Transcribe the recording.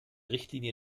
richtlinie